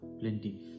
plenty